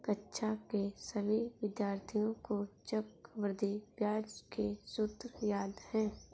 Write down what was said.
कक्षा के सभी विद्यार्थियों को चक्रवृद्धि ब्याज के सूत्र याद हैं